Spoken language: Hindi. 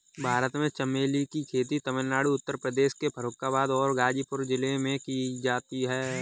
भारत में चमेली की खेती तमिलनाडु उत्तर प्रदेश के फर्रुखाबाद और गाजीपुर जिलों में की जाती है